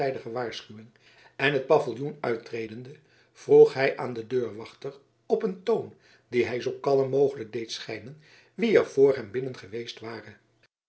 waarschuwing en het paviljoen uittredende vroeg hij aan den deurwachter op een toon dien hij zoo kalm mogelijk deed schijnen wie er vr hem binnen geweest ware